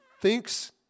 thinks